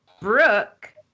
Brooke